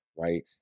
Right